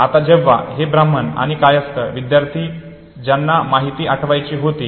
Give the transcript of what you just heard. आता जेव्हा हे ब्राह्मण आणि कायस्थ विद्यार्थी ज्यांना माहिती आठवायची होती